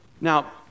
Now